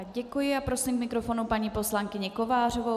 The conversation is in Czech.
Děkuji a prosím k mikrofonu paní poslankyni Kovářovou.